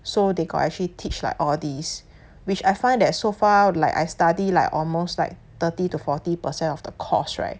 so they got actually teach like all these which I find that so far like I study like almost like thirty to forty percent of the course right